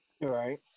Right